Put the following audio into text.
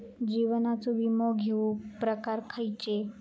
जीवनाचो विमो घेऊक प्रकार खैचे?